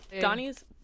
Donnie's